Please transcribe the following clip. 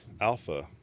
alpha